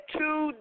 two